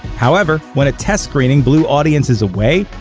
however, when a test screening blew audiences away,